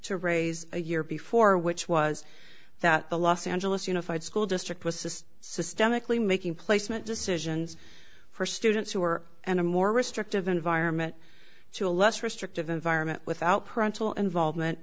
to raise a year before which was that the los angeles unified school district was systemically making placement decisions for students who are and a more restrictive environment to a less restrictive environment without parental involvement